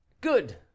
Good